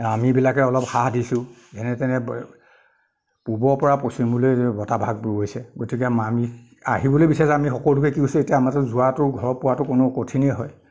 আমিবিলাকে অলপ সাহ দিছোঁ যেনে তেনে পূবৰপৰা পশ্চিমলৈ বতাহভাগ বৈছে গতিকে আমি আহিবলৈ বিচাৰিছোঁ আমি সকলোৱে কি হৈছে আমাৰতো যোৱাটো ঘৰ পোৱাতো কোনো কঠিনেই হয়